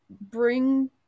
bring